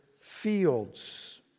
fields